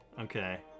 okay